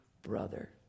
brother